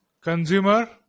Consumer